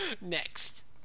next